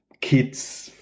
kids